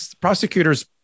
Prosecutors